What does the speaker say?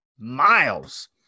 miles